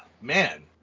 man